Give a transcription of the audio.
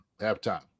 Halftime